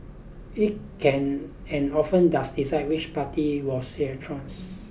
it can and often does decide which party was